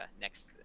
next –